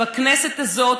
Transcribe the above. בכנסת הזאת,